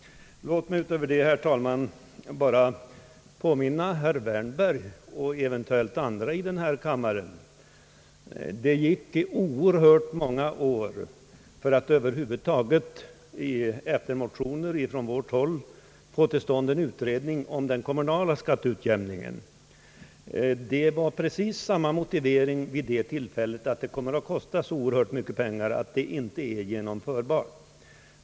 Låt mig, herr talman, därutöver påminna herr Wärnberg och eventuellt andra i denna kammare om att det tog många år för att över huvud taget efter motioner från vårt håll få till stånd en utredning om den kommunala skatteutjämningen. Det anfördes precis samma motivering vid det tillfället, nämligen att en reform på detta område kommer att kosta så mycket pengar att den inte är genomförbar.